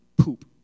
poop